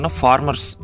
farmers